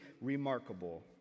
remarkable